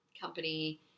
company